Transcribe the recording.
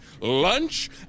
lunch